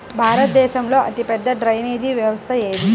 భారతదేశంలో అతిపెద్ద డ్రైనేజీ వ్యవస్థ ఏది?